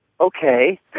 Okay